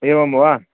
एवं वा